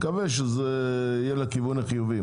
נקווה שזה יהיה לכיוון החיובי,